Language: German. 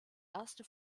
erste